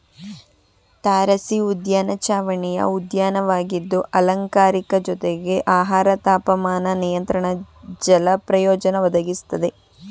ತಾರಸಿಉದ್ಯಾನ ಚಾವಣಿಯ ಉದ್ಯಾನವಾಗಿದ್ದು ಅಲಂಕಾರಿಕ ಜೊತೆಗೆ ಆಹಾರ ತಾಪಮಾನ ನಿಯಂತ್ರಣ ಜಲ ಪ್ರಯೋಜನ ಒದಗಿಸ್ತದೆ